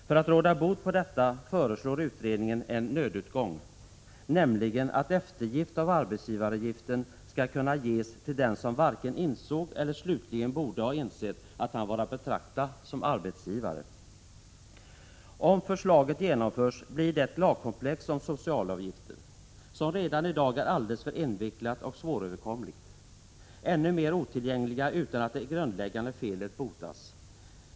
För att råda bot på detta föreslår utredningen en ”nödutgång”, nämligen att eftergift av arbetsgivaravgiften skall kunna ges till den som varken insåg eller slutligen borde ha insett att han var att betrakta som arbetsgivare. Om förslaget genomförs blir det lagkomplex om socialavgifter som redan i dag är alldeles för invecklat och svåröverkomligt ännu mer otillgängligt — utan att det grundläggande felet botas.